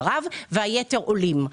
והיתר הם עולים.